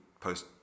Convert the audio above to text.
post